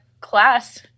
class